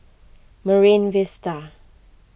Marine Vista